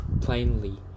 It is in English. plainly